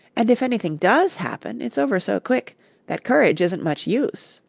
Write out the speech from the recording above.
and if anything does happen, it's over so quick that courage isn't much use.